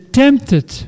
tempted